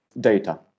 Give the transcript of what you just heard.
data